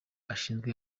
ashinzwe